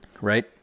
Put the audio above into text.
right